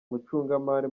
umucungamari